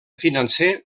financer